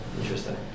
Interesting